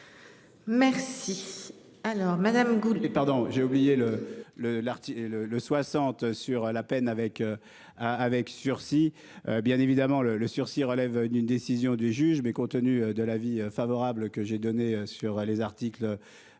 Merci. Alors, Madame, Goubeli